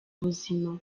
ubuzima